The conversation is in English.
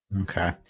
Okay